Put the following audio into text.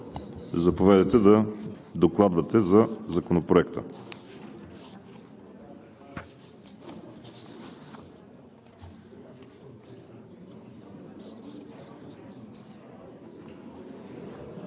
заповядайте да докладвате Законопроекта.